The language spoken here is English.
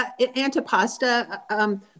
antipasta